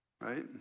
Right